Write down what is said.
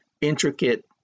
intricate